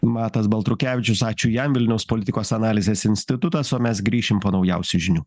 matas baltrukevičius ačiū jam vilniaus politikos analizės institutas o mes grįšim po naujausių žinių